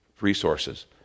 resources